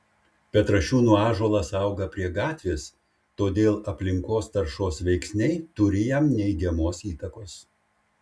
petrašiūnų ąžuolas auga prie gatvės todėl aplinkos taršos veiksniai turi jam neigiamos įtakos